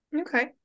Okay